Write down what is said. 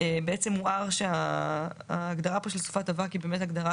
בעצם הוער שההגדרה פה של סופת אבק היא באמת הגדרה